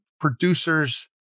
producers